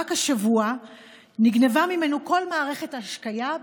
רק השבוע נגנב ממנו כל מערך ההשקיה,